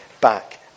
back